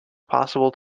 possible